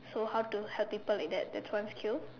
so how to help people in that that's one skill